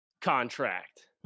contract